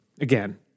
again